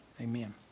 Amen